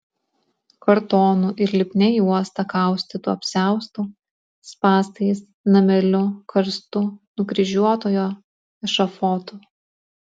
kartonu ir lipnia juosta kaustytu apsiaustu spąstais nameliu karstu nukryžiuotojo ešafotu